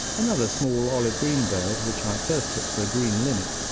another small olive-green bird, which i at first took for a green linnet,